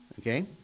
Okay